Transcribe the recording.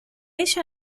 ella